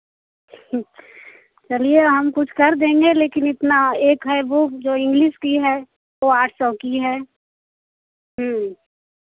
चलिए हम कुछ कर देंगे लेकिन इतना एक है वह जो इंग्लिश की है वह आठ सौ की है